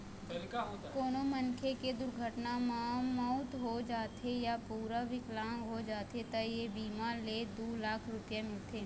कोनो मनखे के दुरघटना म मउत हो जाथे य पूरा बिकलांग हो जाथे त ए बीमा ले दू लाख रूपिया मिलथे